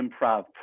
improv